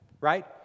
Right